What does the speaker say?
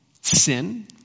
sin